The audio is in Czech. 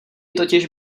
totiž